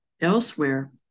elsewhere